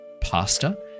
pasta